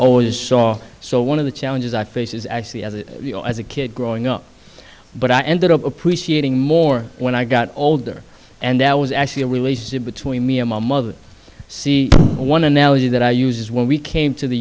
always saw so one of the challenges i face is actually as you know as a kid growing up but i ended up appreciating more when i got older and that was actually a relationship between me and my mother see one analogy that i use is when we came to the